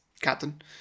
Captain